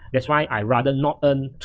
that's why i rather not earn,